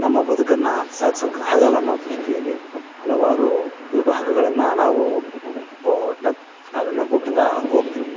ನಮ್ಮ ಬದಕನ್ನು ಸಾಗಿಸೋಕ್ ಆಗಲ್ಲನ್ನೋ ದೃಷ್ಟಿಯಲ್ಲಿ ಹಲವಾರು ವಿಭಾಗಗಳನ್ನು ನಾವು ಓಟಕ್ಕೆ ಅದನ್ನು ಮುಟ್ತಾ ಹೋಗ್ತಿವಿ